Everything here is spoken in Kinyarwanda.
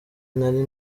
nari